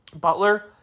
Butler